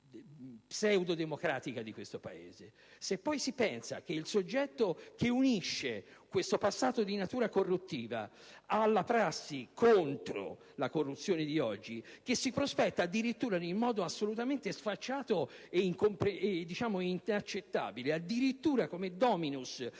pseudodemocratica di questo Paese. Se poi si pensa che il soggetto che unisce questo passato di natura corruttiva alla prassi contro la corruzione di oggi si prospetta addirittura, in modo assolutamente sfacciato ed inaccettabile, come *dominus*